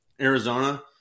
Arizona